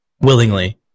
willingly